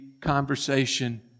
conversation